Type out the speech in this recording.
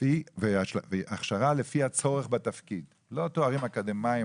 לפי הצורך של התפקיד; לא בתארים אקדמאים